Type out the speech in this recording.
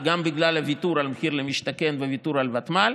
וגם בגלל הוויתור על מחיר למשתכן וויתור על ותמ"ל.